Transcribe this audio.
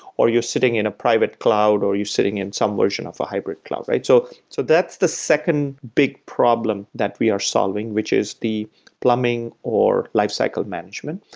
or you're sitting in a private cloud, or you're sitting in some version of a hybrid cloud. so so that's the second big problem that we are solving, which is the plumbing or lifecycle management,